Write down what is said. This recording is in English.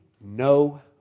no